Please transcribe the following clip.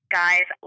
guys